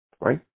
right